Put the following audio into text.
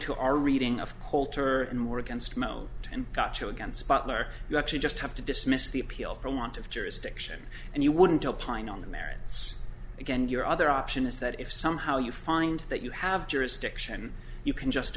to our reading of coulter and were against mo and got two against butler you actually just have to dismiss the appeal for want of jurisdiction and you wouldn't opine on the merits again your other option is that if somehow you find that you have jurisdiction you can just